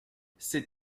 sais